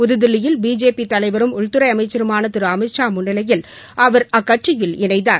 புதுதில்லியல் BJP தலைவரும் உள்துறை அமைச்சருமான திரு அமித்ஷா முன்னிலையில் அவர் அக்கட்சியில் இணைந்தார்